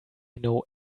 know